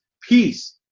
peace